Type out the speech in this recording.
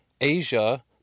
asia